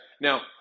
Now